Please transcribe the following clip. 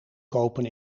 kopen